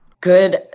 Good